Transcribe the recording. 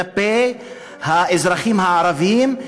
כלפי האזרחים הערבים,